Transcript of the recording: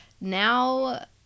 now